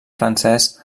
francès